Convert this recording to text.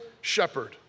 shepherd